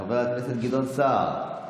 חבר הכנסת גדעון סער,